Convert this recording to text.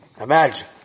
Imagine